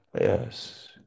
Yes